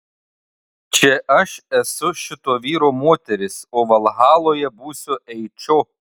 čia aš esu šito vyro moteris o valhaloje būsiu eičio